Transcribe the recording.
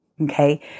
okay